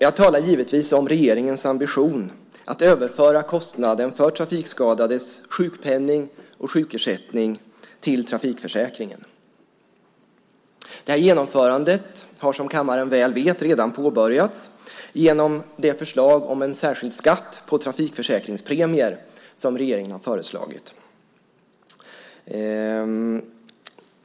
Jag talar givetvis om regeringens ambition att överföra kostnaden för trafikskadades sjukpenning och sjukersättning till trafikförsäkringen. Genomförandet har, som kammaren väl vet, redan påbörjats genom det förslag om en särskild skatt på trafikförsäkringspremier som regeringen har lagt fram.